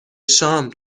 شام